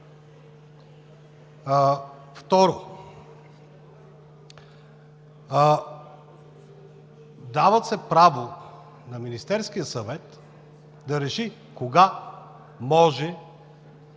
Второ, дава се право на Министерския съвет да реши кога може,